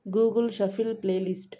Google shuffle play list